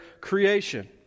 creation